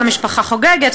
כל המשפחה חוגגת,